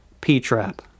P-trap